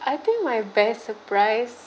I think my best surprise